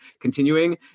continuing